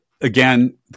again